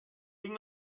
tinc